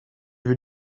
veux